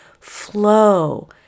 flow